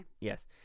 Yes